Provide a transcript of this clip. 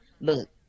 look